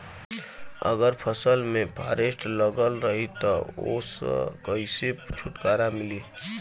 अगर फसल में फारेस्ट लगल रही त ओस कइसे छूटकारा मिली?